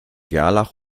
gerlach